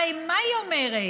הרי מה היא אומרת?